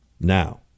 Now